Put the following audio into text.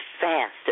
fast